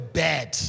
bad